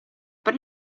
per